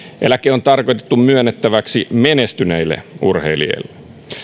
eläke on tarkoitettu myönnettäväksi menestyneille urheilijoille